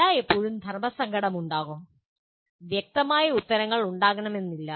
എല്ലായ്പ്പോഴും ധർമ്മസങ്കടം ഉണ്ടാകും വ്യക്തമായ ഉത്തരങ്ങൾ ഉണ്ടാകണമെന്നില്ല